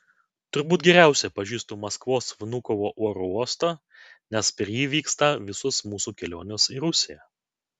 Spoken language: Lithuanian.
turbūt geriausiai pažįstu maskvos vnukovo oro uostą nes per jį vyksta visos mūsų kelionės į rusiją